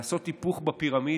לעשות היפוך בפירמידה.